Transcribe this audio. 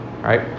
right